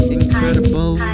incredible